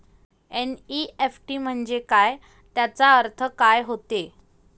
NEFT म्हंजे काय, त्याचा अर्थ काय होते?